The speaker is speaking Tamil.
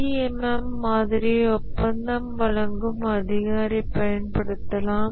CMM மாதிரியை ஒப்பந்தம் வழங்கும் அதிகாரி பயன்படுத்தலாம்